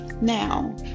Now